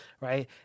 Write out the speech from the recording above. right